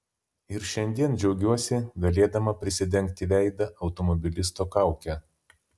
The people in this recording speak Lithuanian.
ir šiandien džiaugiuosi galėdama prisidengti veidą automobilisto kauke